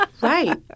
Right